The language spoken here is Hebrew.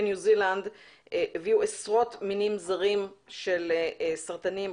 ניו זילנד הביאו עשרות מינים זרים של סרטנים,